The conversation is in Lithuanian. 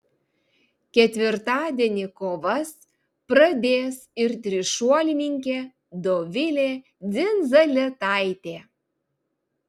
ketvirtadienį kovas pradės ir trišuolininkė dovilė dzindzaletaitė